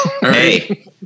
Hey